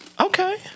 Okay